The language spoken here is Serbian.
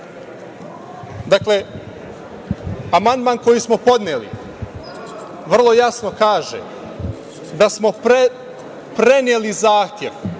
Dakle, amandman koji smo podneli vrlo jasno kaže da smo preneli zahtev